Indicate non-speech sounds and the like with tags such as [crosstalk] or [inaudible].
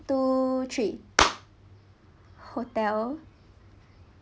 two three [noise] hotel